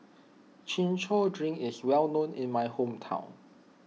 Chin Chow Drink is well known in my hometown